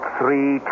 three